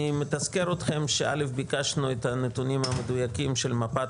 אני מתזכר אתכם שביקשנו את הנתונים המדויקים של מפת